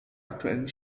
aktuellen